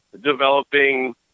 developing